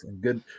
Good